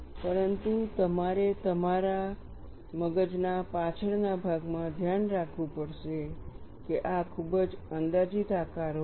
પરંતુ તમારે તમારા મગજના પાછળના ભાગમાં ધ્યાનમાં રાખવું પડશે કે આ ખૂબ જ અંદાજિત આકારો છે